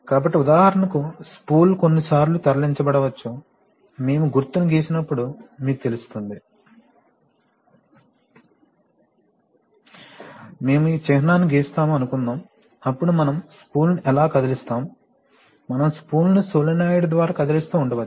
కాబట్టి ఉదాహరణకు స్పూల్ కొన్నిసార్లు తరలించబడవచ్చు మేము గుర్తును గీసినప్పుడు మీకు తెలుస్తుంది మేము ఈ చిహ్నాన్ని గీస్తాము అనుకుందాం అప్పుడు మనం స్పూల్ను ఎలా కదిలిస్తాము మనం స్పూల్ను సోలేనోయిడ్ ద్వారా కదిలిస్తూ ఉండవచ్చు